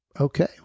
okay